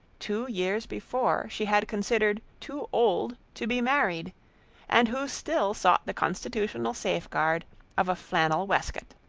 two years before, she had considered too old to be married and who still sought the constitutional safeguard of a flannel waistcoat!